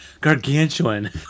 Gargantuan